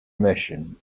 mission